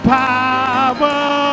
power